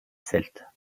celtes